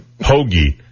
Hoagie